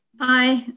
Hi